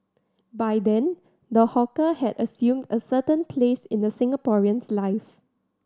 by then the hawker had assumed a certain place in the Singaporean's life